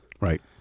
Right